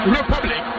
Republic